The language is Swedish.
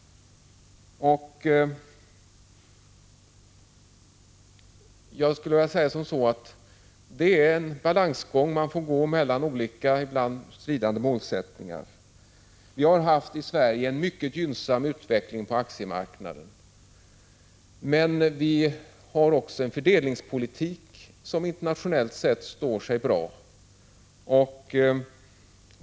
Jag skulle vilja säga att man får gå en balansgång mellan olika ibland motstridande målsättningar. Vi har i Sverige haft en mycket gynnsam utveckling på aktiemarknaden, men vi har också en fördelningspolitik som internationellt sett står sig bra.